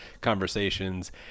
conversations